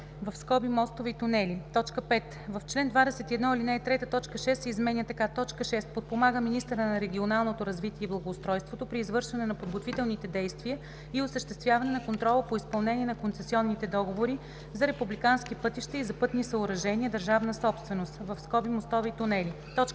(мостове и тунели).“ 5. В чл. 21, ал. 3 т. 6 се изменя така: „6. подпомага министъра на регионалното развитие и благоустройството при извършване на подготвителните действия и осъществяване на контрола по изпълнение на концесионните договори за републикански пътища и за пътни съоръжения – държавна собственост (мостове и тунели);“.